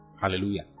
Hallelujah